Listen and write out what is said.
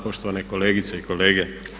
Poštovane kolegice i kolege.